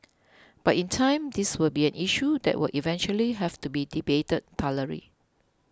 but in time this will be an issue that will eventually have to be debated thoroughly